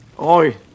Oi